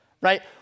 Right